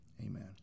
Amen